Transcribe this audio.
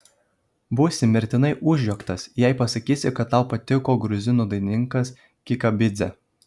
būsi mirtinai užjuoktas jei pasakysi kad tau patiko gruzinų dainininkas kikabidzė